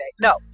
No